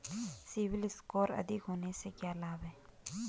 CIBIL score अधिक होने से क्या लाभ हैं?